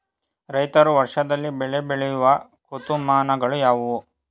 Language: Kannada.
ರೈತರು ವರ್ಷದಲ್ಲಿ ಬೆಳೆ ಬೆಳೆಯುವ ಋತುಮಾನಗಳು ಯಾವುವು?